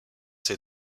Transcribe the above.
ses